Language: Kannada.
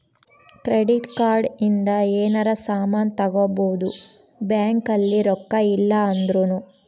ಕ್ರೆಡಿಟ್ ಕಾರ್ಡ್ ಇಂದ ಯೆನರ ಸಾಮನ್ ತಗೊಬೊದು ಬ್ಯಾಂಕ್ ಅಲ್ಲಿ ರೊಕ್ಕ ಇಲ್ಲ ಅಂದೃನು